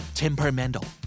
temperamental